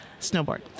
snowboard